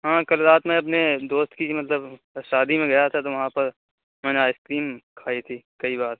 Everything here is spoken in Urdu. ہاں کل رات میں اپنے دوست کی مطلب شادی میں گیا تھا تو وہاں پر میں نے آئس کریم کھائی تھی کئی بار